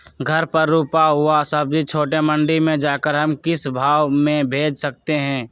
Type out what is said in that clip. घर पर रूपा हुआ सब्जी छोटे मंडी में जाकर हम किस भाव में भेज सकते हैं?